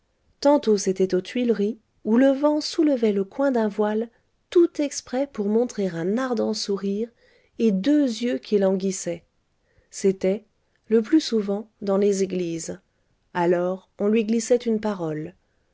tantôt c'était aux tuileries où le vent soulevait le coin d'un voile tout exprès pour montrer un ardent sourire et deux yeux qui languissaient c'était le plus souvent dans les églises alors on lui glissait une parole